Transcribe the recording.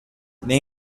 they